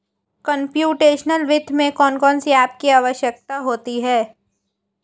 computational वित्त में कौन कौन सी एप की आवश्यकता होती है